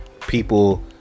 people